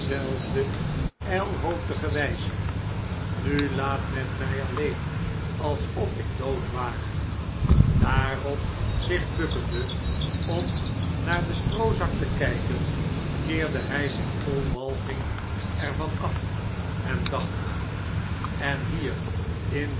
jjlhoofdige wjjze nu laat men mij alleen alsof ik dood ware daarop zich bukkende om naar den stroozak te kijken keerde hij zich vol walging er van af en dacht en hier in